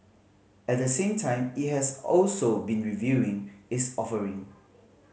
at the same time it has also been reviewing its offering